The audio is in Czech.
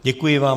Děkuji vám.